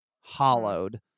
hollowed